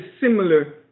similar